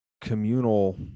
communal